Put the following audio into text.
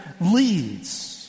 leads